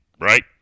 right